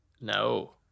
No